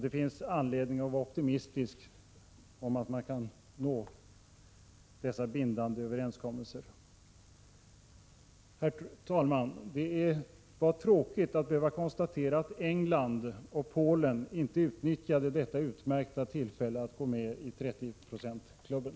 Det finns anledning vara optimistisk om att man kan nå dessa bindande överenskommelser. Det var tråkigt att behöva konstatera att England och Polen inte utnyttjade detta utmärkta tillfälle att gå med i 30-procentsklubben.